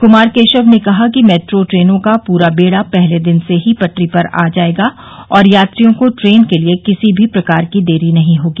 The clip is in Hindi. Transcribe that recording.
कुमार केशव ने कहा कि मेट्रो ट्रेनों का पूरा बेड़ा पहले दिन से ही पटरी पर आ जाएगा और यात्रियों को ट्रेन के लिए किसी भी प्रकार की देरी नहीं होगी